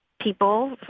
people